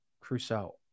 Crusoe